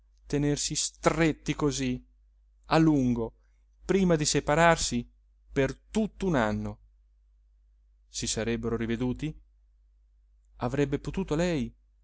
tenersi stretti così a lungo prima di separarsi per tutt'un anno si sarebbero riveduti avrebbe potuto lei